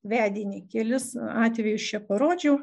vedinį kelis atvejus čia parodžiau